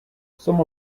some